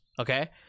okay